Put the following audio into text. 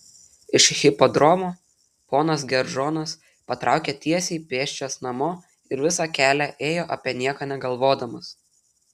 iš hipodromo ponas geržonas patraukė tiesiai pėsčias namo ir visą kelią ėjo apie nieką negalvodamas